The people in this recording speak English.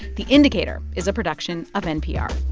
the indicator is a production of npr